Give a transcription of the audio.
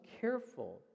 careful